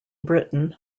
britain